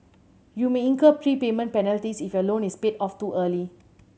you may incur prepayment penalties if your loan is paid off too early